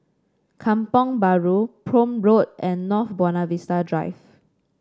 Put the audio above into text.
Kampong Bahru Prome Road and North Buona Vista Drive